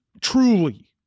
truly